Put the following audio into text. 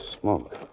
smoke